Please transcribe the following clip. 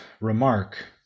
remark